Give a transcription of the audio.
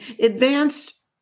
advanced